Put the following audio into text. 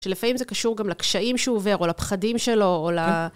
שלפעמים זה קשור גם לקשיים שהוא עובר, או לפחדים שלו, או ל...